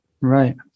right